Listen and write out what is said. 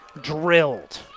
drilled